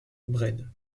bren